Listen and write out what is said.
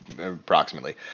approximately